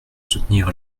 soutenir